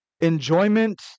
enjoyment